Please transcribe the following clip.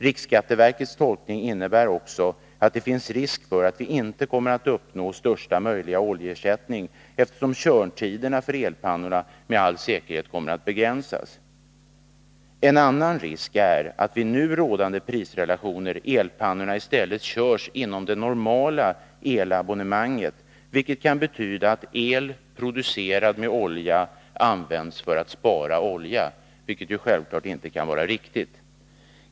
Riksskatteverkets tolkning innebär också att det finns risk för att vi inte kommer att uppnå största möjliga oljeersättning, eftersom körtiderna för elpannorna med all säkerhet kommer att begränsas. En annan risk är att elpannorna, vid nu rådande prisrelationer, i stället körs inom det normala elabonnemanget. Det kan betyda att el producerad med olja används för att spara olja, vilket självfallet inte kan vara riktigt.